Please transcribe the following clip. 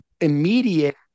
immediate